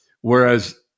whereas